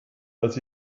als